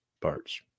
parts